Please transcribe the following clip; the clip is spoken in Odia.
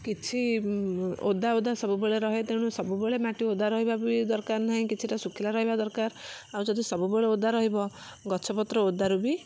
କିଛି ଓଦା ଓଦା ସବୁବେଳେ ରହେ ତେଣୁ ସବୁବେଳେ ମାଟି ଓଦା ରହିବା ବି ଦରକାର ନାହିଁ କିଛିଟା ଶୁଖିଲା ରହିବା ଦରକାର ଆଉ ଯଦି ସବୁବେଳେ ଓଦା ରହିବ ଗଛପତ୍ର ଓଦା ରୁ ବି